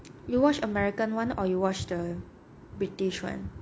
you watch american one or you watch the british one